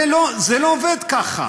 זה לא עובד ככה.